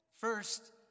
First